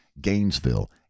Gainesville